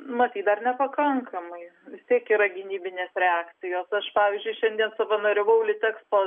matyt dar nepakankamai vis tiek yra gynybinės reakcijos aš pavyzdžiui šiandien savanoriavau litekspo